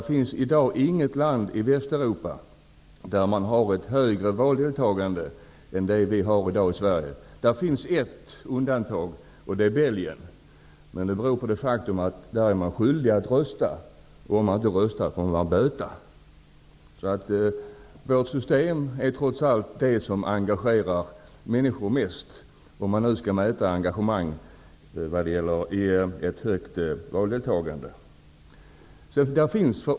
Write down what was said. Det finns i dag inget land i Västeuropa som har högre valdeltagande än vi har i Sverige. Det finns ett undantag -- Belgien. Det beror emellertid på det faktum att man är skyldig att rösta i Belgien. Om man inte röstar får man böta. Vårt valsystem är trots allt det system som engagerar människor mest -- om man nu skall mäta engagemanget utifrån valdeltagandet.